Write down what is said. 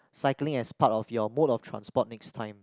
cycling as part of your mode of transport next time